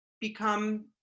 become